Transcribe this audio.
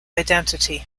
identity